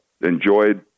enjoyed